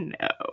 no